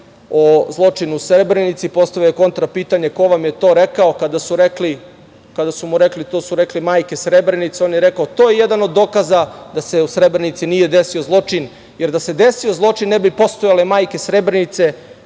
o zločinu u Srebrenici, postavio je kontra pitanje – ko vam je to rekao. Kada su mu rekli da su to rekle majke Srebrenice, on je rekao – to je jedan od dokaza da se u Srebrenici nije desio zločin, jer da se desio zločin ne bi postojale majke Srebrenice,